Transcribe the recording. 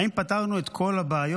האם פתרנו את כל הבעיות,